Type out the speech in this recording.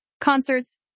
concerts